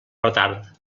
retard